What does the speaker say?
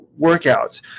workouts